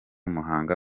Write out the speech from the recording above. muhanga